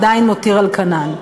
עדיין מותיר על כנן.